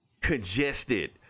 congested